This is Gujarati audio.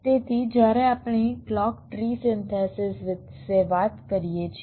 તેથી જ્યારે આપણે ક્લૉક ટ્રી સિન્થેસીસ વિશે વાત કરીએ છીએ